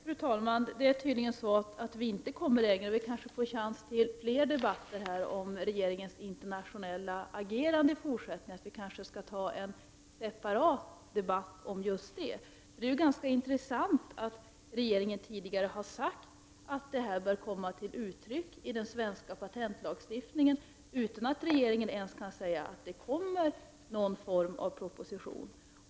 Fru talman! Vi kommer tydligen inte längre. Vi kanske får chans till fler debatter om regeringens internationella agerande i fortsättningen. Vi kanske skall ta en separat debatt om just det. Det är ganska intressant att regeringen tidigare har sagt att detta bör komma till uttryck i den svenska patentlagstiftningen, utan att regeringen ens kan säga att det kommer någon form av proposition.